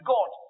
God